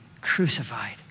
crucified